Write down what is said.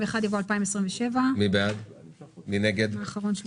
אני שמח שזה נכנס כבר עכשיו.